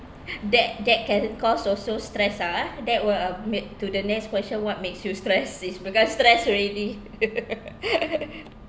that that can cause also stress lah ah that were a made to the next question what makes you stress is because stress already